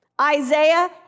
isaiah